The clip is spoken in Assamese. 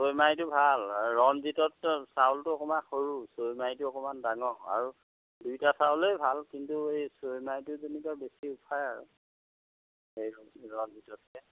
ছৈ মাৰিটো ভাল আৰু ৰঞ্জিত চাউলটো অকমান সৰু ছৈ মাৰিটো অকমান ডাঙৰ আৰু দুইটা চাউলেই ভাল কিন্তু এই ছৈ মাৰিটো যেনিবা বেছি উফায় আৰু এই ৰণজিততকৈ